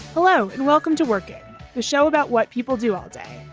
hello and welcome to working the show about what people do all day.